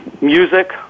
music